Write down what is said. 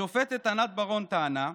השופטת ענת ברון טענה: